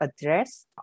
address